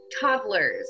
toddlers